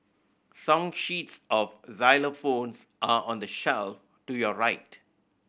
song sheets of xylophones are on the shelf to your right